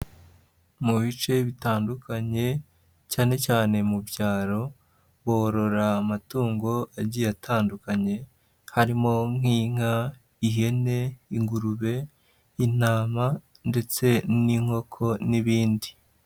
Mu bice bitandukanye cyane cyane mu byaro borora amatungo agiye atandukanye harimo nk'inka, ihene, ingurube, intama ndetse n'inkoko n'ibindi.